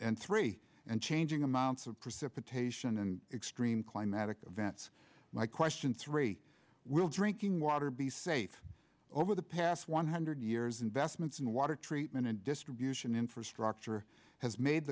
and three and changing amounts of precipitation and extreme climatic events my question three will drinking water be safe over the past one hundred years investments in water treatment and distribution infrastructure has made